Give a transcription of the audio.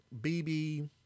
BB